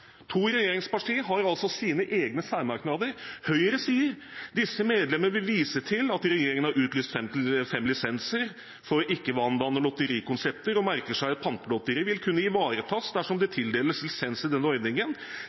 To regjeringspartier har altså sine egne særmerknader. Høyre sier: «Disse medlemmer vil vise til at regjeringen har utlyst fem lisenser for ikke-vanedannende lotterikonsepter, og merker seg at Pantelotteriet vil kunne ivaretas dersom det tildeles lisens i denne ordningen.